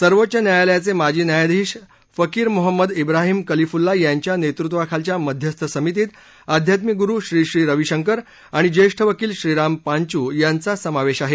सर्वोच्च न्यायालयाचे माजी न्यायाधीश फकीर मोहम्मद ब्राहीम कलिफुल्ला यांच्या नेतृत्वाखालच्या मध्यस्थ समितीत आध्यात्मिक गुरू श्री श्री रवीशंकर आणि ज्येष्ठ वकील श्रीराम पांचू यांचा समावेश आहे